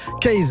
Case